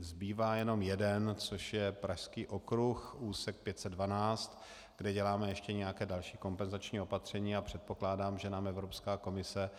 Zbývá jenom jeden, což je Pražský okruh, úsek 512, kde děláme ještě nějaké další kompenzační opatření, a předpokládám, že nám Evropská komise